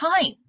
time